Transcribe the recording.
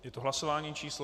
Je to hlasování číslo 181.